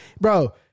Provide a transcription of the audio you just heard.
bro